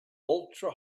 ultra